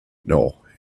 nor